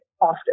often